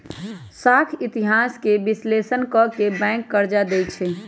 साख इतिहास के विश्लेषण क के बैंक कर्जा देँई छै